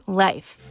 life